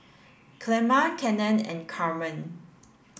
Clemma Cannon and Carmen